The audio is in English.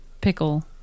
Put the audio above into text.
Pickle